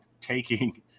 taking